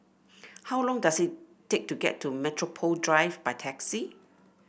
how long does it take to get to Metropole Drive by taxi